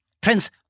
Prince